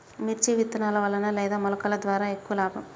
మిర్చి విత్తనాల వలన లేదా మొలకల ద్వారా ఎక్కువ లాభం?